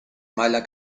mala